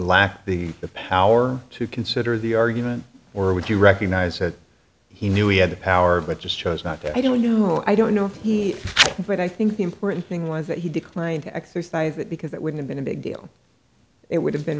lacked the power to consider the argument or would you recognize that he knew we had the power but just chose not to i don't you know i don't know but i think the important thing was that he declined to exercise it because that would have been a big deal it would have been